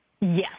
Yes